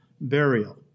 burial